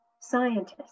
scientists